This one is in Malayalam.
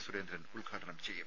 സുരേന്ദ്രൻ ഉദ്ഘാടനം ചെയ്യും